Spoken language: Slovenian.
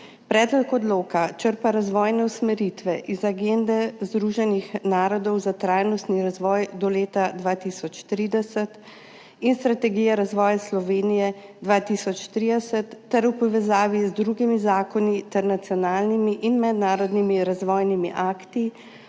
Predlog odloka črpa razvojne usmeritve iz agende Združenih narodov za trajnostni razvoj do leta 2030 in Strategije razvoja Slovenije 2030 ter v povezavi z drugimi zakoni ter nacionalnimi in mednarodnimi razvojnimi akti